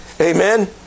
Amen